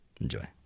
Enjoy